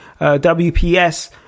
WPS